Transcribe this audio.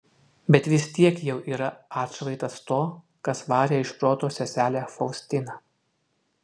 bet vis tiek jau yra atšvaitas to kas varė iš proto seselę faustiną